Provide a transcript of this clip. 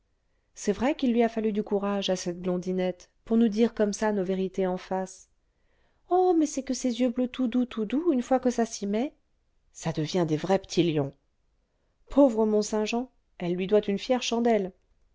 c'est vrai qu'il lui a fallu du courage à cette blondinette pour nous dire comme ça nos vérités en face oh mais c'est que ces yeux bleus tout doux tout doux une fois que ça s'y met ça devient des vrais petits lions pauvre mont-saint-jean elle lui doit une fière chandelle